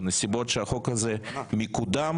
בנסיבות שהחוק הזה מקודם,